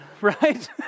right